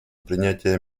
принятие